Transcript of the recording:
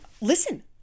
listen